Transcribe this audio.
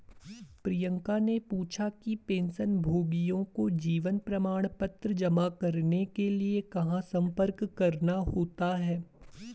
प्रियंका ने पूछा कि पेंशनभोगियों को जीवन प्रमाण पत्र जमा करने के लिए कहाँ संपर्क करना होता है?